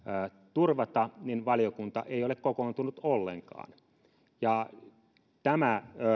turvata niin valiokunta ei ole kokoontunut ollenkaan tämä